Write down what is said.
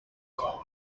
call